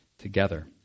Together